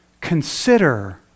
Consider